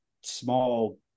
small